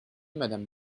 madame